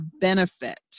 benefit